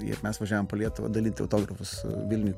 ir mes važiavom po lietuvą dalinti autografus vilniuj